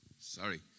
Sorry